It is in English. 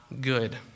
good